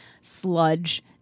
sludge